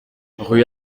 rue